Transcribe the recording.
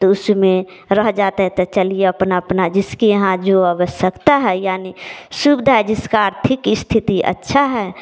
तो उसमें रह जाते तो चलिए अपना अपना जिसके यहाँ जो आवश्यकता है यानि सुविधा है जिसका आर्थिक स्थिति अच्छा हैं